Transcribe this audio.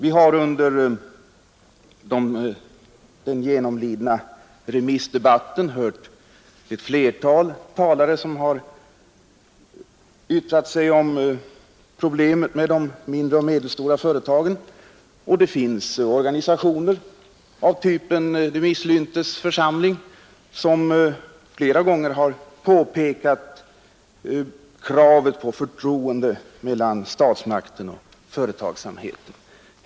Vi har under den genomlidna remissdebatten hört flera talare yttra sig om de mindre och medelstora företagens problem. Det finns organisationer av typen ”De misslyntes församling” som flera gånger har betonat kravet på förtroende mellan statsmakten och företagsamheten.